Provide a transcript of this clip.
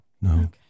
No